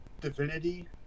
divinity